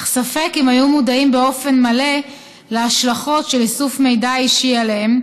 אך ספק אם היו מודעים באופן מלא להשלכות של איסוף מידע אישי עליהם